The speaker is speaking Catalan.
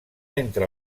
entre